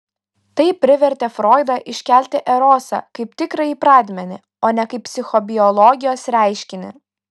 tai privertė froidą iškelti erosą kaip tikrąjį pradmenį o ne kaip psichobiologijos reiškinį